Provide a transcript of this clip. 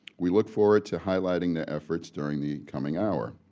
we look forward to highlighting their efforts during the coming hour.